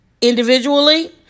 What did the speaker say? individually